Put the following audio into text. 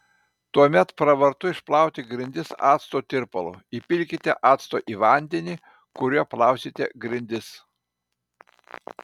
tuomet pravartu išplauti grindis acto tirpalu įpilkite acto į vandenį kuriuo plausite grindis